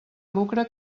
lucre